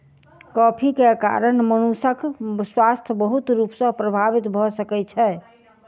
coffee के कारण मनुषक स्वास्थ्य बहुत रूप सॅ प्रभावित भ सकै छै